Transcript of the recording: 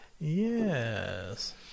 yes